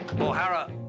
O'Hara